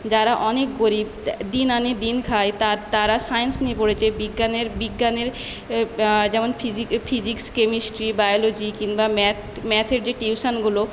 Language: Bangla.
যারা অনেক গরিব দিন আনে দিন খায় তা তারা সায়েন্স নিয়ে পড়েছে বিজ্ঞানের বিজ্ঞানের যেমন ফিজিক ফিজিক্স কেমেস্ট্রি বায়োলজি কিংবা ম্যাথ ম্যাথের যে টিউশনগুলো